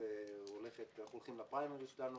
אנחנו הולכים לפריימריז שלנו